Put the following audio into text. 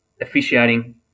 officiating